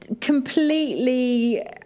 completely